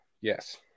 Yes